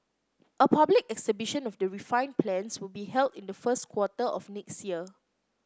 a public exhibition of the refined plans will be held in the first quarter of next year